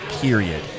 period